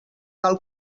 tal